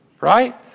right